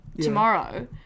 tomorrow